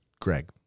greg